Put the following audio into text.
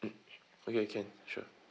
mm okay can sure